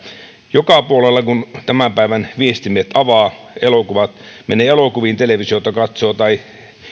joka puolella kun tämän päivän viestimet avaa menee elokuviin televisiota katsoo tai